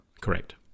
Correct